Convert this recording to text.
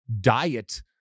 diet